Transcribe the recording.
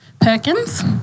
Perkins